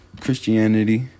Christianity